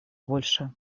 больше